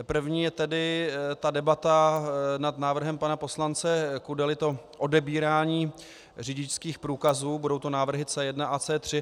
První je debata nad návrhem pana poslance Kudely, to odebírání řidičských průkazů, budou to návrhy C1 a C3.